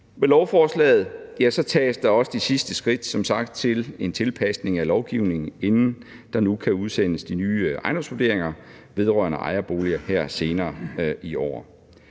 Med lovforslaget tages der som sagt også de sidste skridt til en tilpasning af lovgivningen, inden der kan udsendes nye ejendomsvurderinger vedrørende ejerboliger her senere i år.